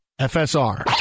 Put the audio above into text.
FSR